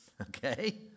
Okay